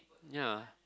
ya